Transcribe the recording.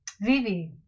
Vivi